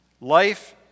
Life